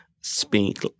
speak